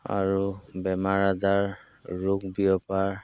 আৰু বেমাৰ আজাৰ ৰোগ বিয়পা